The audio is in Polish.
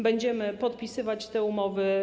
Będziemy podpisywać te umowy.